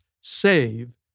save